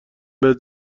بهت